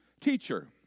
Teacher